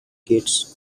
gets